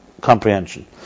comprehension